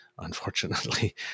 unfortunately